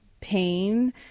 pain